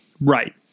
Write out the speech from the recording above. Right